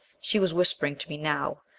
she was whispering to me now.